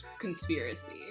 conspiracy